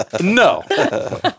No